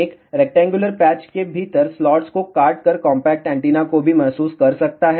एक rectangular patch के भीतर स्लॉट्स को काटकर कॉम्पैक्ट एंटीना को भी महसूस कर सकता है